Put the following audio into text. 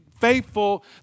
faithful